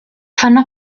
fanno